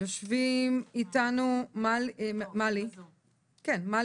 יושבים איתנו מלי אורגד